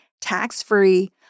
tax-free